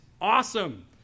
awesome